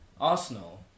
Arsenal